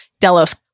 Delos